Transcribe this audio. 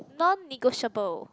non negotiable